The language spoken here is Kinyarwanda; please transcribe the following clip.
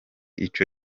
ico